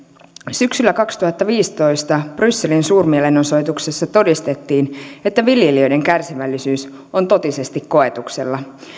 syksyllä kaksituhattaviisitoista brysselin suurmielenosoituksessa todistettiin että viljelijöiden kärsivällisyys on totisesti koetuksella